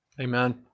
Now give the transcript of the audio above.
Amen